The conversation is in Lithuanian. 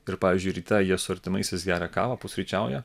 ir pavyzdžiui ryte jie su artimaisiais geria kavą pusryčiauja